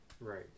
Right